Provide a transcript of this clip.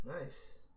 Nice